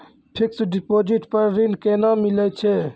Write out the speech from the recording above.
Fixed deposit पर ऋण केना मिलै छै?